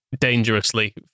dangerously